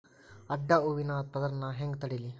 ಅಡ್ಡ ಹೂವಿನ ಪದರ್ ನಾ ಹೆಂಗ್ ತಡಿಲಿ?